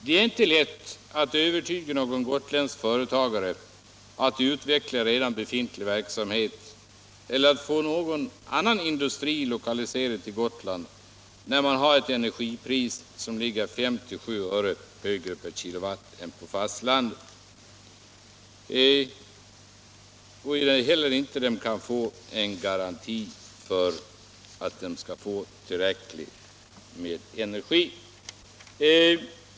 Det är inte lätt att övertyga någon gotländsk företagare om att han bör utveckla redan befintlig verksamhet eller att få någon annan industri lokaliserad till Gotland, då energipriset ligger 5-7 öre högre per kilowatt än på fastlandet, och då det inte heller kan lämnas garanti för tillräcklig mängd energi.